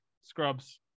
Scrubs